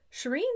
Shireen